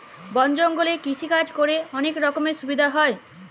বল জঙ্গলে কৃষিকাজ ক্যরে অলক রকমের সুবিধা হ্যয়